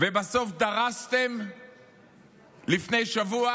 ובסוף לפני שבוע